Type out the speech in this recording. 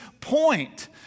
point